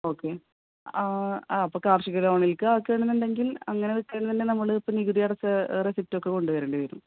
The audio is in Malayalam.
ഓക്കെ ആ അപ്പോൾ കാർഷികലോണിലേക്ക് ആക്കുകയാണെന്ന് ഉണ്ടെങ്കിൽ അങ്ങനെ വയ്ക്കുക ആണെന്നുണ്ടെങ്കിൽ നമ്മൾ ഇപ്പം നികുതിയടച്ച റെസീപ്റ്റൊക്കെ കൊണ്ടുവരേണ്ടി വരും